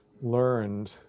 learned